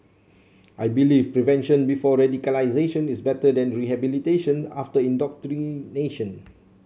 I believe prevention before radicalisation is better than rehabilitation after indoctrination